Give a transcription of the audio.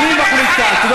הם באים